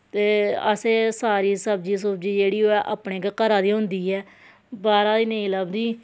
ते असें सारी सब्जी सुब्जी जेह्ड़ी होऐ अपने गै घरा दी होंदी ऐ बाह्रा दी नेईं लभदी